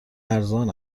ارزان